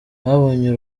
babonye